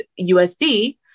USD